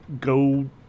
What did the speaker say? go